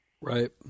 Right